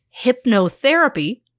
hypnotherapy